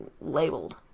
labeled